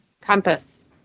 compass